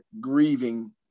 grieving